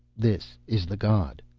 this is the god.